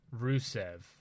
Rusev